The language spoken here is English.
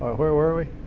where were we?